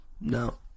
no